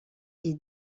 est